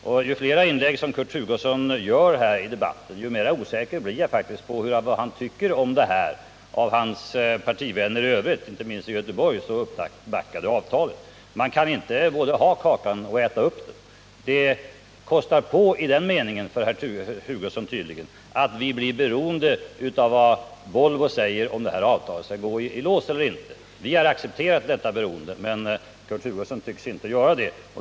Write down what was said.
Och ju fler inlägg som Kurt Hugosson gör i debatten, desto mer osäker blir jag faktiskt om vad han tycker om detta avtal, som backats upp så mycket av hans partivänner, inte minst i Göteborg. Man kan inte både ha kakan och äta upp den. I den meningen kostar det tydligen på för Kurt Hugosson att vi blir beroende av vad Volvo säger om det här avtalet. Vi har accepterat detta beroende, men Kurt Hugosson tycks inte göra det.